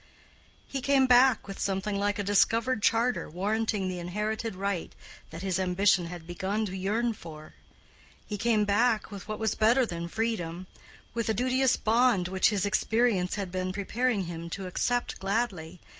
he came back with something like a discovered charter warranting the inherited right that his ambition had begun to yearn for he came back with what was better than freedom with a duteous bond which his experience had been preparing him to accept gladly,